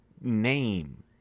name